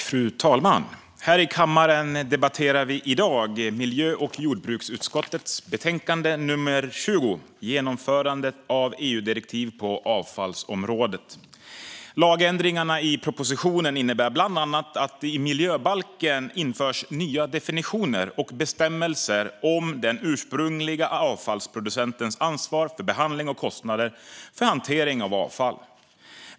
Fru talman! Här i kammaren debatterar vi i dag miljö och jordbruksutskottets betänkande nr 20, Genomförande av EU-direktiv på avfallsområdet . Lagändringarna i propositionen innebär bland annat att det i miljöbalken införs nya definitioner och bestämmelser om den ursprungliga avfallsproducentens ansvar för behandling och kostnader för hantering av avfall.